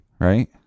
right